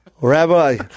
Rabbi